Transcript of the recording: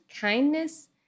kindness